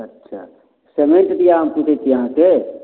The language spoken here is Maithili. अच्छा पेमेण्ट दिआ हम पूछैत छी अहाँ से